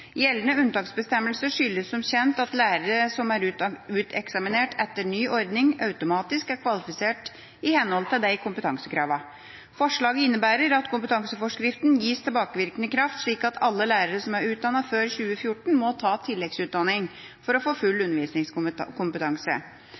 Gjeldende unntaksbestemmelse skyldes som kjent at lærere som er uteksaminert etter ny ordning, automatisk er kvalifisert i henhold til de kompetansekravene. Forslaget innebærer at kompetanseforskriften gis tilbakevirkende kraft, slik at alle lærere som er utdannet før 2014, må ta tilleggsutdanning for å få full undervisningskompetanse.